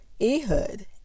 Ehud